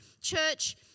church